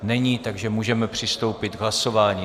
Není, takže můžeme přistoupit k hlasování.